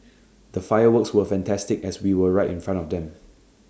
the fireworks were fantastic as we were right in front of them